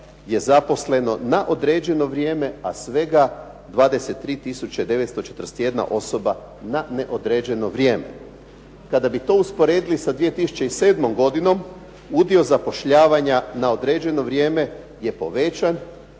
je zaposleno na određeno vrijeme, a svega 23 tisuće 941 na neodređeno vrijeme. Kada bi to usporedili sa 2007. godinu udio zapošljavanja na određeno vrijeme je povećan,